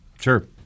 sure